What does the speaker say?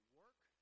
work